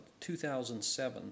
2007